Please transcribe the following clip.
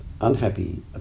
Unhappy